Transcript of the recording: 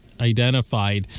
identified